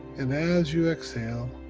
and as you exhale,